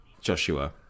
Joshua